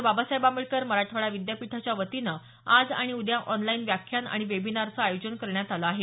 बाबासाहेब आंबेडकर मराठवाडा विद्यापीठाच्या वतीनं आज आणि उद्या ऑनलाईन व्याख्यान आणि वेबिनारचं आयोजन करण्यात आलं आहे